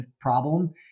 problem